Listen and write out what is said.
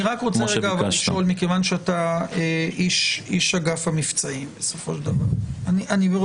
מכיוון שאתה איש אגף המבצעים ויכול